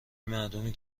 مردمی